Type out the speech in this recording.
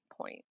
point